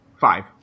five